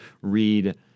read